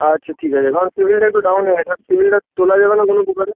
আচ্ছা ঠিক আছে কারণ সিবিলটা একটু ডাউন হয়ে গেছে সিবিলটা তোলা যাবে না কোনো প্রকারে